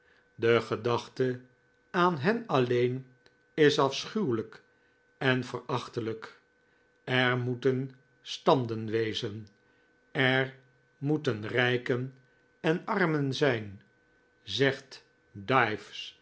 de gedachte aan hen alleen is afschuwelijk en verachtelijk er moeten standen wezen er moeten rijken en armen zijn zegt dives